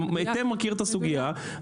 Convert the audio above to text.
במקרה מכיר את הסוגיה.